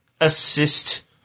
assist